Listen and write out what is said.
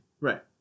Right